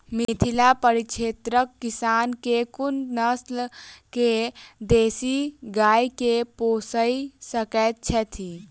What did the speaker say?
मिथिला परिक्षेत्रक किसान केँ कुन नस्ल केँ देसी गाय केँ पोइस सकैत छैथि?